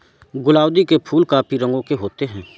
गुलाउदी के फूल काफी रंगों के होते हैं